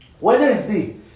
Wednesday